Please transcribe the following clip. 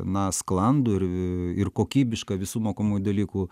na sklandų ir ir kokybišką visų mokomųjų dalykų